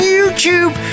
YouTube